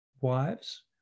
wives